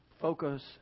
focus